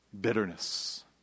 bitterness